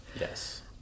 Yes